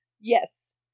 Yes